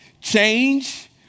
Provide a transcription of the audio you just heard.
Change